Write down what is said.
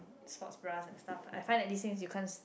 sports bra and stuff I find that this thing you can't